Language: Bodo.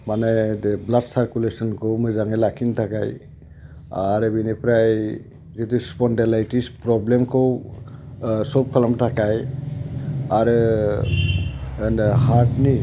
माने दे ब्लाड सारकुलेशनखौ मोजाङै लाखिनो थाखाय आरो बेनिफ्राय जिथु स्पनदेलायटिस फ्र'ब्लेमखौ स'ल्भ खालामनो थाखाय आरो हार्टनि